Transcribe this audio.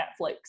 Netflix